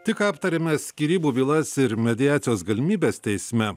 tik aptarėme skyrybų bylas ir mediacijos galimybes teisme